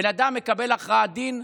בן אדם מקבל הכרעת דין,